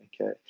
Okay